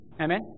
Amen